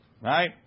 Right